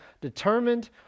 determined